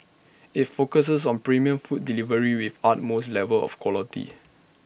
IT focuses on premium food delivery with utmost level of quality